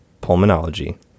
pulmonology